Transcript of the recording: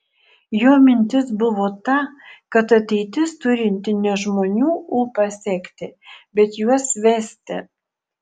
jo mintis buvo ta kad ateitis turinti ne žmonių ūpą sekti bet juos vesti